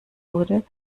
wurde